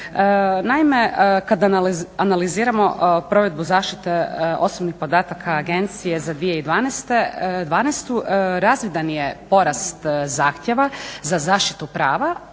Naime, kad analiziramo provedbu zaštite osobnih podataka agencije za 2012. razvidan je porast zahtjeva za zaštitu prava,